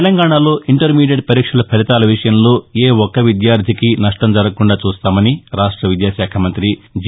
తెలంగాణాలో ఇంటర్నీడియట్ పరీక్ష ఫలితాల విషయంలో ఏ ఒక్క విద్యార్ధికీ నష్ణం జరగకుండా చూస్తామని రాష్ట విద్యాకాఖ మంతి జి